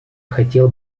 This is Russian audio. хотел